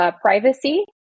privacy